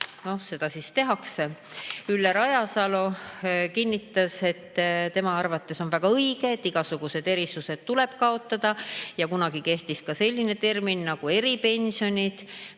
siis seda tehakse. Ülle Rajasalu kinnitas, et tema arvates on väga õige, et igasugused erisused tuleb kaotada, ja mainis, et kunagi kehtis selline termin nagu eripensionid.